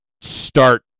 start